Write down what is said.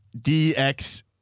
DX